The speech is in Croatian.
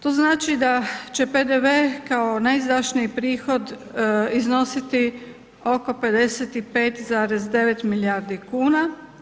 To znači da će PDV kao najizdašniji prihod iznositi oko 55,9 milijardi kuna.